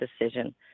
decision